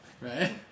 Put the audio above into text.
right